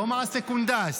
לא מעשה קונדס,